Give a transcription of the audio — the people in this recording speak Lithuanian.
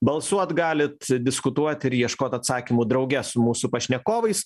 balsuot galit diskutuot ir ieškot atsakymų drauge su mūsų pašnekovais